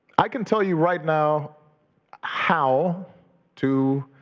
i can tell you right now how to,